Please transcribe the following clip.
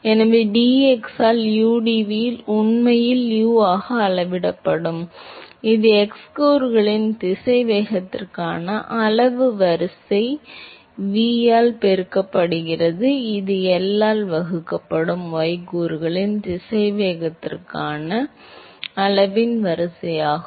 எனவே dx ஆல் udv உண்மையில் U ஆக அளவிடப்படும் இது x கூறுகளின் திசைவேகத்திற்கான அளவின் வரிசை V ஆல் பெருக்கப்படுகிறது இது L ஆல் வகுக்கப்படும் y கூறுகளின் திசைவேகத்திற்கான அளவின் வரிசையாகும்